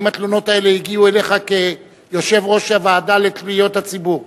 האם התלונות האלה הגיעו אליך כיושב-ראש הוועדה לפניות הציבור?